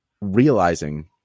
realizing